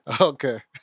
Okay